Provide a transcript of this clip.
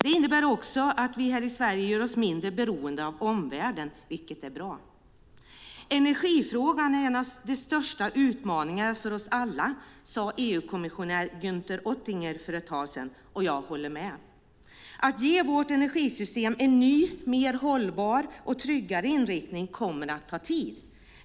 Det innebär också att vi här i Sverige gör oss mindre beroende av omvärlden, vilket är bra. Energifrågan är en av de största utmaningarna för oss alla, sade EU-kommissionär Günther Oettinger för ett tag sedan, och jag håller med. Att ge vårt energisystem en ny, mer hållbar och tryggare inriktning kommer att ta tid.